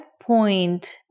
point